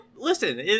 Listen